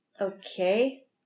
okay